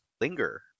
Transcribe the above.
linger